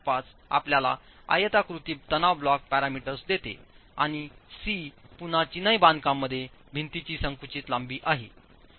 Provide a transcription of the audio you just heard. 85 आपल्याला आयताकृती तणाव ब्लॉक पॅरामीटर्स देते आणि c पुन्हा चिनाई बांधकाम मध्ये भिंतीची संकुचित लांबी आहे